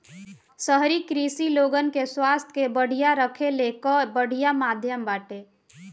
शहरी कृषि लोगन के स्वास्थ्य के बढ़िया रखले कअ बढ़िया माध्यम बाटे